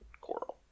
Coral